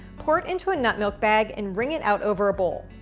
pour it into a nut milk bag and bring it out over a bowl,